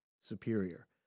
superior